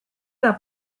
era